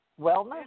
Wellness